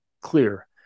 clear